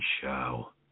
show